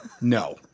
No